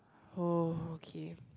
oh okay